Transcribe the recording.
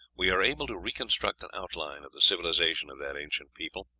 we are able to reconstruct an outline of the civilization of that ancient people.